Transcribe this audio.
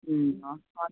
ம்